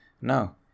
no